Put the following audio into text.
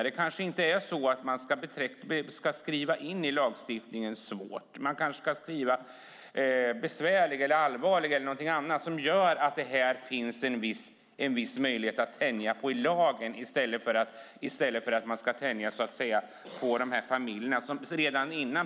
Man ska kanske inte skriva in "svårt" i lagstiftningen. Man kanske ska skriva "besvärlig", "allvarlig" eller något annat som gör att det finns en viss möjlighet att tänja på lagen i stället för att tänja på de här familjerna.